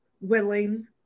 willing